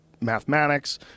Mathematics